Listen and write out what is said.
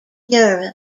europe